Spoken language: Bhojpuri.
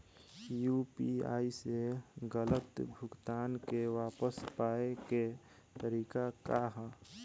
यू.पी.आई से गलत भुगतान के वापस पाये के तरीका का ह?